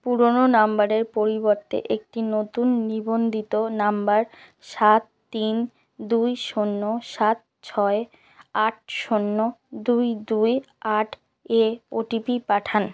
পুরনো নাম্বারের পরিবর্তে একটি নতুন নিবন্ধিত নাম্বার সাত তিন দুই শূন্য সাত ছয় আট শূন্য দুই দুই আট এ ওটিপি পাঠান